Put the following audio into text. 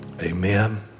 Amen